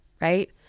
Right